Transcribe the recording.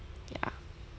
yeah